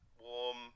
warm